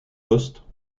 poste